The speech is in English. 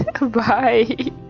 Bye